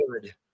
good